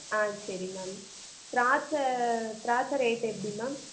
ஆ சரி மேம் த்ராட்சை த்ராட்சை ரேட் எப்படி மேம்